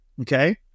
okay